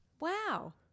Wow